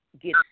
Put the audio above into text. get